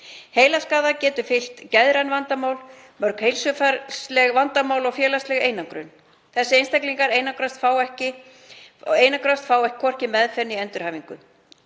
Heilaskaða geta fylgt geðræn vandamál, mörg heilsufarsleg vandamál og félagsleg einangrun. Þessir einstaklingar einangrast, fá hvorki meðferð né endurhæfingu.